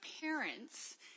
parents